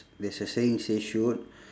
there's a saying say shoot